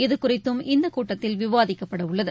இதுகுறித்தும் இந்த கூட்டத்தில் விவாதிக்கப்பட உள்ளது